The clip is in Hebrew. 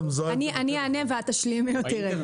אני אענה ואת תשלימי אותי.